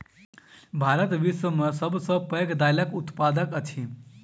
भारत विश्व में सब सॅ पैघ दाइलक उत्पादक अछि